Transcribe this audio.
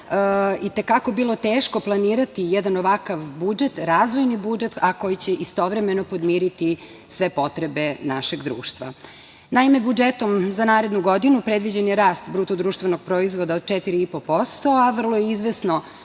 i te kako bilo teško planirati jedan ovakav budžet, razvojni budžet, a koji će istovremeno podmiriti sve potrebe našeg društva. Naime, budžetom za narednu godinu predviđen je rast BDP-a od 4,5%, a vrlo je izvesno